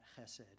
chesed